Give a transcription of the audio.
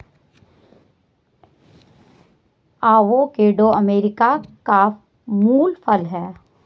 avocado America का मूल फल है